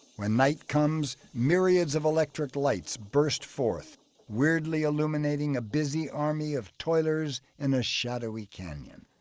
when night comes, myriads of electric lights burst forth weirdly illuminating a busy army of toilers in a shadowy canyon.